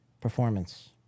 performance